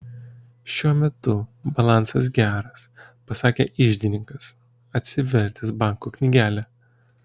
šiuo metu balansas geras pasakė iždininkas atsivertęs banko knygelę